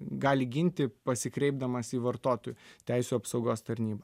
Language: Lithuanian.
gali ginti pasikreipdamas į vartotojų teisių apsaugos tarnybą